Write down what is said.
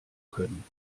können